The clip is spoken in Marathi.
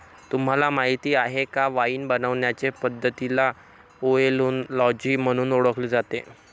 तुम्हाला माहीत आहे का वाइन बनवण्याचे पद्धतीला ओएनोलॉजी म्हणून ओळखले जाते